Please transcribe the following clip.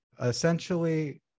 essentially